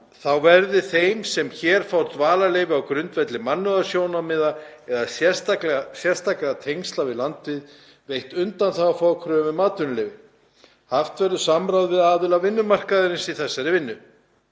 „þá verði þeim sem hér fá dvalarleyfi á grundvelli mannúðarsjónarmiða eða sérstakra tengsla við landið veitt undanþága frá kröfu um atvinnuleyfi. Haft verður samráð við aðila vinnumarkaðarins í þessari vinnu.“